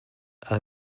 are